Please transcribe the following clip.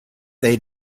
they